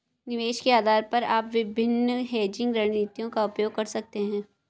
निवेश के आधार पर आप विभिन्न हेजिंग रणनीतियों का उपयोग कर सकते हैं